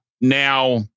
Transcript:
Now